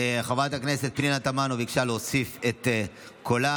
חברת הכנסת פנינה תמנו ביקשה להוסיף את קולה.